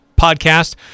podcast